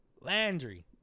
Landry